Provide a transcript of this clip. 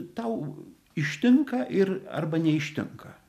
tau ištinka ir arba neištinka